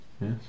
yes